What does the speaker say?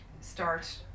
start